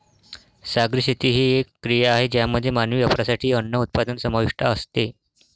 सागरी शेती ही एक क्रिया आहे ज्यामध्ये मानवी वापरासाठी अन्न उत्पादन समाविष्ट असते